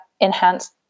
enhance